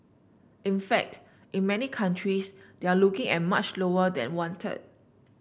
in fact in many countries they are looking at much lower than one third